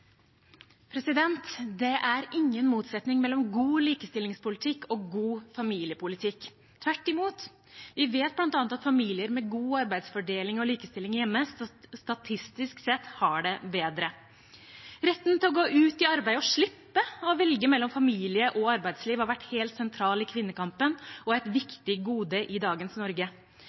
ingen motsetning mellom god likestillingspolitikk og god familiepolitikk – tvert imot. Vi vet bl.a. at familier med god arbeidsfordeling og likestilling hjemme statistisk sett har det bedre. Retten til å gå ut i arbeid og slippe å velge mellom familie og arbeidsliv har vært helt sentral i kvinnekampen og er et viktig gode i dagens Norge.